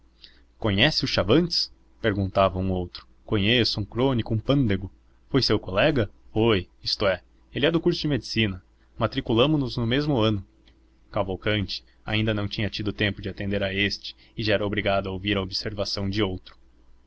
conhece o chavantes perguntava um outro conheço um crônico um pândego foi seu colega foi isto é ele é do curso de medicina matriculamo nos no mesmo ano cavalcanti ainda não tinha tido tempo de atender a este e já era obrigado a ouvir a observação de outro